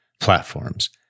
platforms